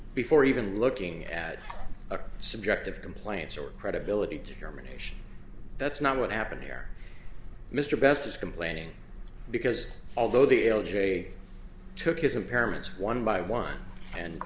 before even looking at a subject of complaints or credibility determination that's not what happened here mr best is complaining because although the l j took his impairments one by one and